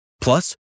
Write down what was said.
Plus